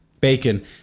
Bacon